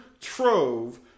trove